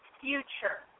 future